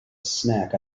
snack